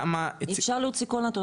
כמה --- אפשר להוציא כל נתון,